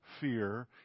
fear